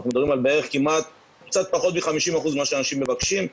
אנחנו מדברים על קצת פחות מ-50% ממה שאנשים מבקשים,